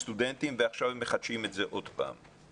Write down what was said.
לסטודנטים, עכשיו הם מחדשים את זה עוד פעם;